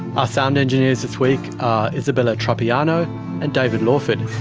ah sound engineers this week are isabella tropiano and david lawford,